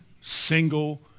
single